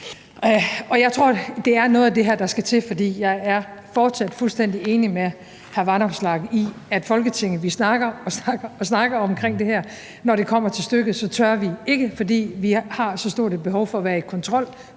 jeg tror, det er noget af det her, der skal til. For jeg er fortsat fuldstændig enig med hr. Alex Vanopslagh, at vi her i Folketinget snakker og snakker om det her. Og når det kommer til stykket, tør vi ikke, fordi vi har så stort et behov for at være i kontrol